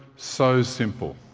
so simple.